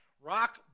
Rock